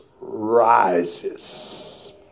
rises